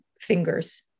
fingers